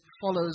Follows